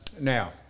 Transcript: Now